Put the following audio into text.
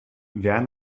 wer